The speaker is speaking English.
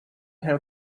how